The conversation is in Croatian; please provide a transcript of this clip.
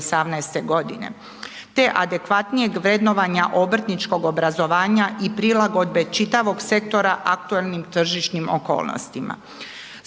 godine te adekvatnijeg vrednovanja obrtničkog obrazovanja i prilagodbe čitavog sektora aktualnim tržišnim okolnostima.